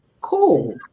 Cool